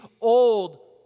old